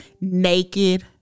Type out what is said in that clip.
naked